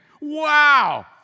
wow